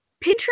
Pinterest